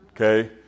okay